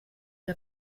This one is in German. der